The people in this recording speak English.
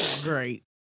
Great